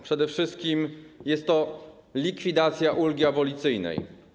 Przede wszystkim jest to likwidacja ulgi abolicyjnej.